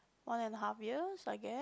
one and a half years I guess